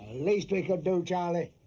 least we could do, charlie.